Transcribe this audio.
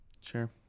Sure